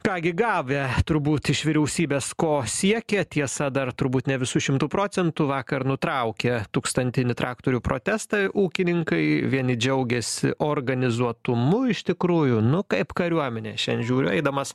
ką gi gavę turbūt iš vyriausybės ko siekia tiesa dar turbūt ne visu šimtu procentų vakar nutraukė tūkstantinį traktorių protestą ūkininkai vieni džiaugiasi organizuotumu iš tikrųjų nu kaip kariuomenė šiandien žiūriu eidamas